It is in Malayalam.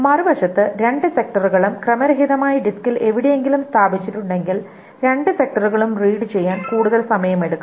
മറുവശത്ത് രണ്ട് സെക്ടറുകളും ക്രമരഹിതമായി ഡിസ്കിൽ എവിടെയെങ്കിലും സ്ഥാപിച്ചിട്ടുണ്ടെങ്കിൽ രണ്ട് സെക്ടറുകളും റീഡ് ചെയ്യാൻ കൂടുതൽ സമയം എടുക്കും